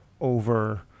over